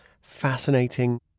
fascinating